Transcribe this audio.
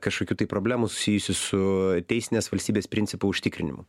kažkokių tai problemų susijusių su teisinės valstybės principo užtikrinimu